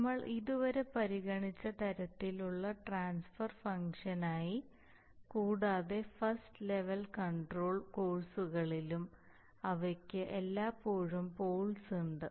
നമ്മൾ ഇതുവരെ പരിഗണിച്ച തരത്തിലുള്ള ട്രാൻസ്ഫർ ഫംഗ്ഷനായി കൂടാതെ ഫസ്റ്റ് ലെവൽ കൺട്രോൾ കോഴ്സുകളിലും അവയ്ക്ക് എല്ലായ്പ്പോഴും പോൾസ് ഉണ്ട്